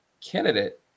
candidate